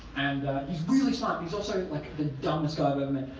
and he's really smart he's also like the dumbest guy i've ever met.